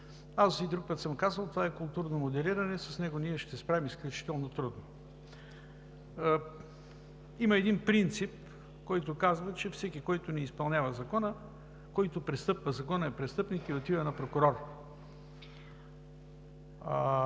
Аз и друг път съм казвал – това е културно моделиране и с него ние ще се справим изключително трудно. Има един принцип, който казва, че всеки, който не изпълнява закона и го престъпва, е престъпник и отива на прокурор.